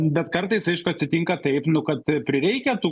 bet kartais aišku atsitinka taip nu kad prireikia tų